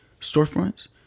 storefronts